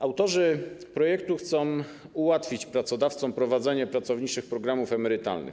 Autorzy projektu chcą ułatwić pracodawcom prowadzenie pracowniczych programów emerytalnych.